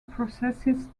processes